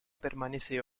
permanece